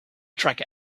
tracker